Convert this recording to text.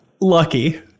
lucky